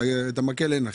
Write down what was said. את המקל אין לכם.